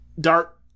dark